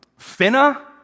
Finna